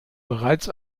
bereits